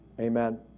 Amen